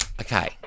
Okay